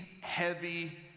heavy